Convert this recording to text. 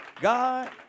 God